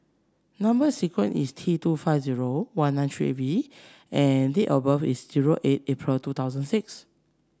number sequence is T two five zero one nine three eight V and date of birth is zero eight April two thousand and six